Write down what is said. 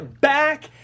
back